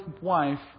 wife